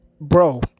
bro